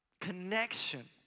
Connection